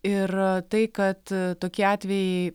ir tai kad tokie atvejai